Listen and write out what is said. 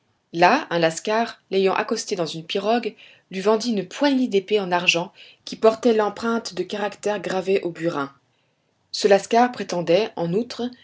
là un lascar l'ayant accosté dans une pirogue lui vendit une poignée d'épée en argent qui portait l'empreinte de caractères gravés au burin ce lascar prétendait en outre